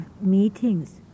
meetings